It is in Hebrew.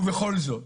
ובכל זאת